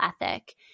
ethic